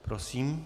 Prosím.